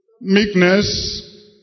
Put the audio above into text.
meekness